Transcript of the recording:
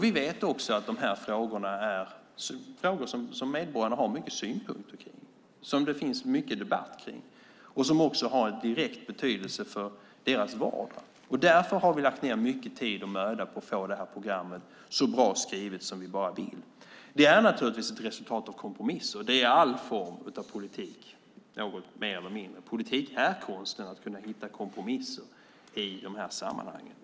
Vi vet också att dessa frågor är sådana som medborgarna har mycket synpunkter på, som det finns mycket debatt kring och som har en direkt betydelse för medborgarnas vardag. Därför har vi lagt ned mycket tid och möda på att få detta program så bra skrivet som vi bara kan. Det är naturligtvis ett resultat av kompromisser; det är all form av politik, mer eller mindre. Politik är konsten att hitta kompromisser i dessa sammanhang.